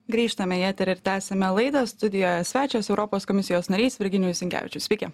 grįžtame į eterį ir tęsiame laidą studijoje svečias europos komisijos narys virginijus sinkevičius sveiki